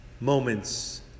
moments